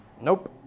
Nope